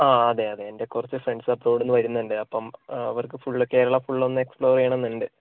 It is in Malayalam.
ആ അതെ അതെ എൻ്റെ കുറച്ച് ഫ്രണ്ട്സ് അബ്രോഡിൽ നിന്ന് വരുന്നുണ്ട് അപ്പം അവർക്ക് ഫുള്ള് കേരള ഫുള്ളൊന്ന് എക്സ്പ്ലോർ ചെയ്യണം എന്നുണ്ട്